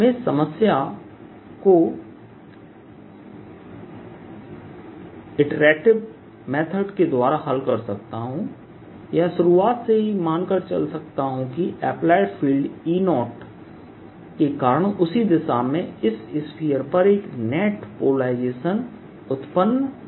मैं इस समस्या को इटरेटिव मेथड के द्वारा हल कर सकता हूं या शुरुआत से ही मान कर चल सकता हूं कि अप्लाइड फील्ड E0के कारण उसी दिशा में इस स्पीयर पर एक नेट पोलराइजेशन उत्पन्न करता है जो P है